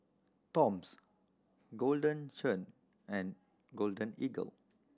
Toms Golden Churn and Golden Eagle